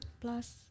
plus